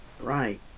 Right